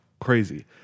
Crazy